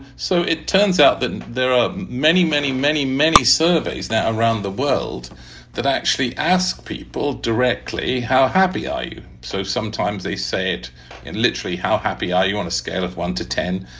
so it turns out that and there are many, many, many, many surveys now around the world that actually ask people directly, how happy are you? so sometimes they say it and literally, how happy are you on a scale of one to ten?